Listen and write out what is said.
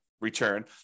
return